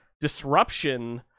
Disruption